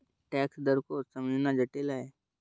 tax दर को समझना जटिल है